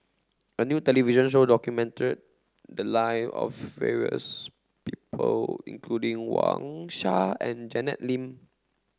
a new television show documented the lives of various people including Wang Sha and Janet Lim